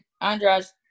Andra's